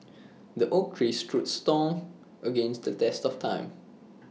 the oak tree stood strong against the test of time